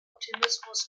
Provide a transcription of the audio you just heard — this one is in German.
optimismus